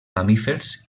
mamífers